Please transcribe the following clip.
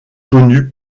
connu